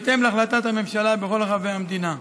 בהתאם להחלטת הממשלה, בכל רחבי המדינה.